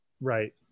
Right